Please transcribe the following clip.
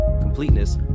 completeness